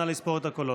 נא לספור את הקולות.